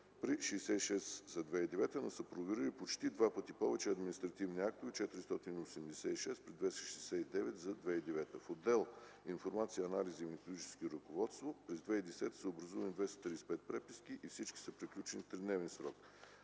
при 66 за 2009 г., но са проверили почти два пъти повече административни акта – 486, при 269 за 2009 г. В отдела “Информация, анализи и методически ръководство” на ВАП през 2010 г. са образувани 235 преписки и всички са приключени в тридневен срок.